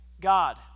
God